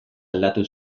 aldatu